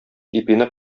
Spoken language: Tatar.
ипине